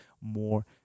more